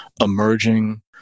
emerging